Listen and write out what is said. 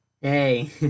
Hey